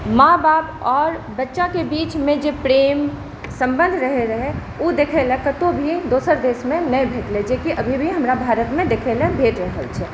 माँ बाप आओर बच्चाके बीचमे जे प्रेम सम्बन्ध रहै रहै ओ देखै लए कतहुँ भी दोसर देशमे नहि भेटलै जेकि अभी भी हमरा भारतमे देखै लए भेट रहल छै